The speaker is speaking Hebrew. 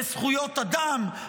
בזכויות אדם,